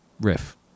riff